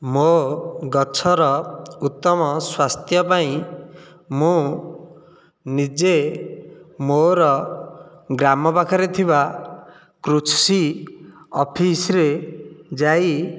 ମୋ ଗଛର ଉତ୍ତମ ସ୍ୱାସ୍ଥ୍ୟ ପାଇଁ ମୁଁ ନିଜେ ମୋର ଗ୍ରାମ ପାଖରେ ଥିବା କୃଷି ଅଫିସରେ ଯାଇ